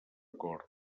cort